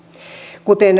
kuten